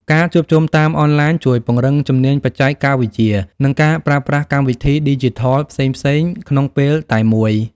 ការជួបជុំតាមអនឡាញជួយពង្រឹងជំនាញបច្ចេកវិទ្យា និងការប្រើប្រាស់កម្មវិធីឌីជីថលផ្សេងៗក្នុងពេលតែមួយ។